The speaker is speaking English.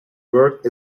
worked